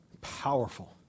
powerful